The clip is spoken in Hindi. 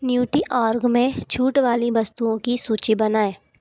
न्यूटीऑर्ग में छूट वाली बस्तुओं की सूची बनाए